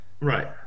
right